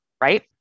right